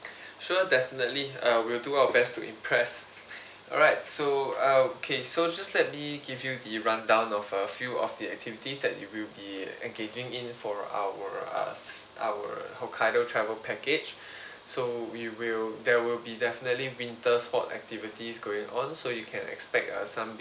sure definitely uh we'll do our best to impress alright so uh okay so just let me give you the rundown of uh few of the activities that you will be engaging in for our uh our hokkaido travel package so we will there will be definitely winter sport activities going on so you can expect uh some